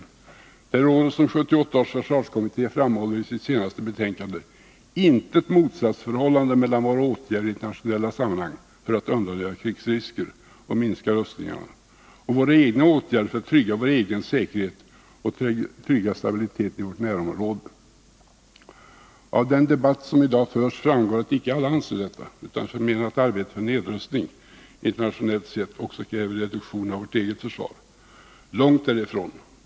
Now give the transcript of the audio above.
Det råder, som 1978 års försvarskommitté framhåller i sitt senaste betänkande, inget motsatsförhållande mellan våra åtgärder i internationella sammanhang för att undanröja krigsrisker och minska rustningarna och våra egna åtgärder för att trygga vår egen säkerhet och trygga stabiliteten i vårt närområde. Av den debatt som i dag förs framgår att icke alla anser detta utan förmenar att arbetet för nedrustning, internationellt sett, också kräver reduktion av vårt eget försvar. Långt därifrån!